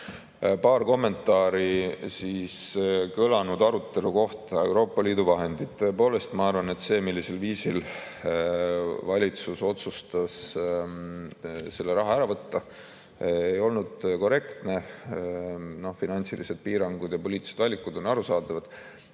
Paar kommentaari kõlanud arutelu kohta. Euroopa Liidu vahendid. Tõepoolest, ma arvan, et see, millisel viisil valitsus otsustas selle raha ära võtta, ei olnud korrektne. Finantsilised piirangud ja poliitilised valikud on arusaadavad,